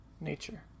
nature